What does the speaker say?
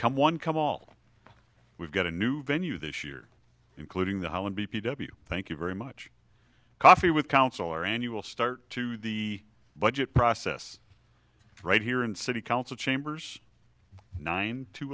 come one come all we've got a new venue this year including the one b p w thank you very much coffee with counselor and you will start to the budget process right here in city council chambers nine t